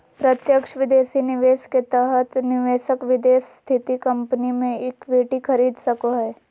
प्रत्यक्ष विदेशी निवेश के तहत निवेशक विदेश स्थित कम्पनी मे इक्विटी खरीद सको हय